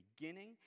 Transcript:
beginning